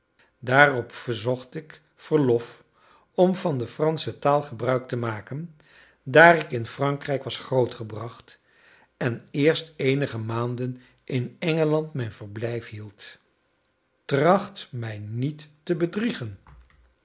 daarop verzocht ik verlof om van de fransche taal gebruik te maken daar ik in frankrijk was grootgebracht en eerst eenige maanden in engeland mijn verblijf hield tracht mij niet te bedriegen